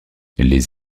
les